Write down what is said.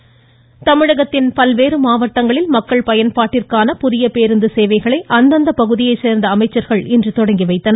புதிய பேருந்து தமிழகத்தின் பல்வேறு மாவட்டங்களில் மக்கள் பயன்பாட்டிற்கான புதிய பேருந்து சேவைகளை அந்தந்த பகுதியைச் சார்ந்த அமைச்சர்கள் துவக்கி வைத்தனர்